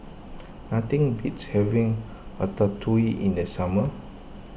nothing beats having Ratatouille in the summer